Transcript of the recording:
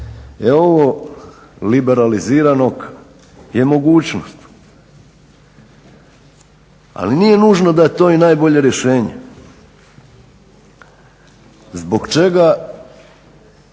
ovo liberaliziranog je mogućnost, ali nije nužno da je to i najbolje rješenje. Zbog čega,